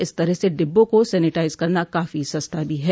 इस तरह से डिब्बों को सेनिटाइज करना काफी सस्ता भी है